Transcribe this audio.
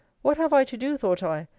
what have i to do, thought i,